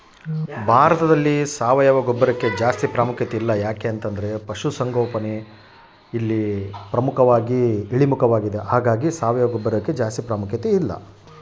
ಭಾರತದಲ್ಲಿ ಸಾವಯವ ಗೊಬ್ಬರಕ್ಕೆ ಜಾಸ್ತಿ ಪ್ರಾಮುಖ್ಯತೆ ಇಲ್ಲ ಯಾಕೆ?